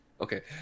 Okay